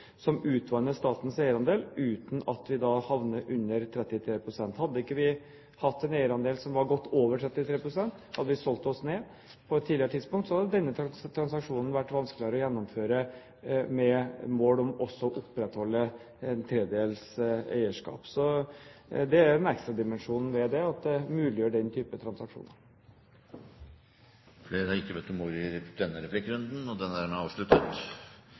som utvanner statens eierandel uten at vi havner under 33 pst. Hadde vi ikke hatt en eierandel som var godt over 33 pst., hadde vi solgt oss ned på et tidligere tidspunkt, hadde denne transaksjonen vært vanskeligere å gjennomføre med mål om å opprettholde en tredjedels eierskap. Det er en ekstra dimensjon ved det, at det muliggjør denne typen transaksjoner. Replikkordskiftet er dermed omme. Flere har ikke bedt om ordet